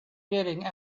getting